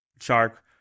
Shark